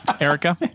Erica